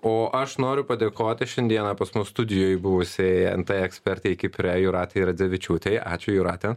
o aš noriu padėkoti šiandieną pas mus studijoj buvusiai nt ekspertei kipre jūratei radzevičiūtei ačiū jūrate